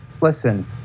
Listen